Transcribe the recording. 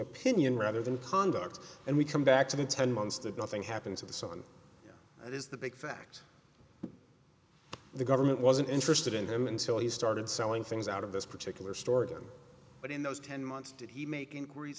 opinion rather than conduct and we come back to the ten months that nothing happens in the sun that is the big fact the government wasn't interested in him until he started selling things out of this particular story but in those ten months did he make inquiries